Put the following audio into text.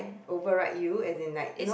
override you as in like you know